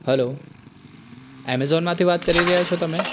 hello એમેઝોનમાંથી વાત કરી રહ્યા છો તમે